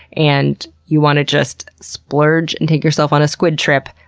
and you want to just splurge and take yourself on a squid trip,